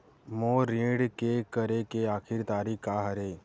मोर ऋण के करे के आखिरी तारीक का हरे?